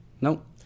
Nope